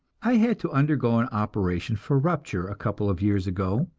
i had to undergo an operation for rupture a couple of years ago,